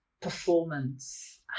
performance